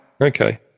Okay